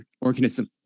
Organism